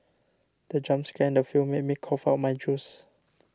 the jump scare in the film made me cough out my juice